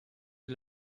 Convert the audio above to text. est